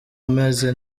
ameze